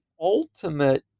ultimate